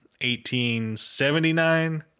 1879